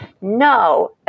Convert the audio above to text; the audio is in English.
no